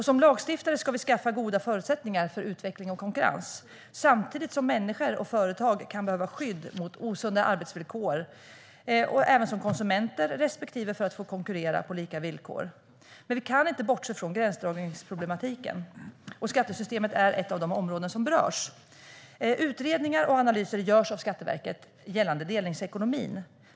Som lagstiftare ska vi skaffa goda förutsättningar för utveckling och konkurrens samtidigt som människor och företag kan behöva skydd mot osunda arbetsvillkor. Det handlar även om konsumenter och om att man ska få konkurrera på lika villkor. Men vi kan inte bortse från gränsdragningsproblematiken. Och skattesystemet är ett av de områden som berörs. Utredningar och analyser görs av Skatteverket gällande delningsekonomin.